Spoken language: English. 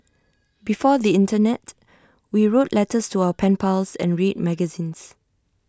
before the Internet we wrote letters to our pen pals and read magazines